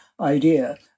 idea